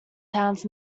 towns